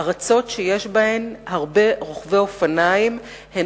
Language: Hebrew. ארצות שיש בהן הרבה רוכבי אופניים הן